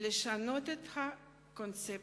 לשנות את הקונספציה.